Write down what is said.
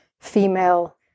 female